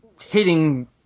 hitting